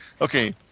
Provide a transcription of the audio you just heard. Okay